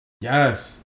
Yes